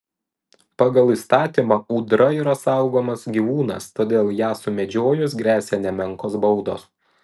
pagal įstatymą ūdra yra saugomas gyvūnas todėl ją sumedžiojus gresia nemenkos baudos